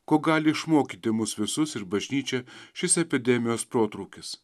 ko gali išmokyti mus visus ir bažnyčią šis epidemijos protrūkis